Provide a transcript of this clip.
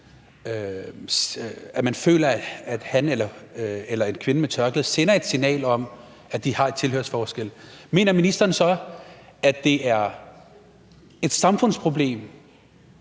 og bærer turban, eller en kvinde med tørklæde sender et signal om, at de har et bestemt tilhørsforhold, mener ministeren så, at det er et samfundsproblem,